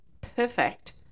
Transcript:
perfect